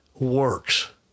works